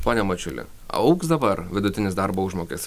pone mačiuli augs dabar vidutinis darbo užmokes